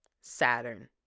Saturn